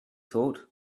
thought